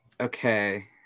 Okay